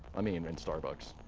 i mean in starbucks.